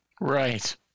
Right